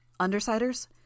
Undersiders